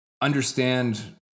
understand